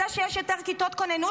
זה שיש יותר כיתות כוננות,